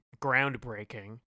groundbreaking